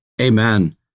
amen